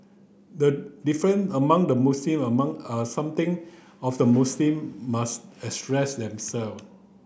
the different among the Muslim among are something of the Muslim must address them self